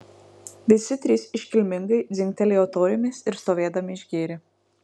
visi trys iškilmingai dzingtelėjo taurėmis ir stovėdami išgėrė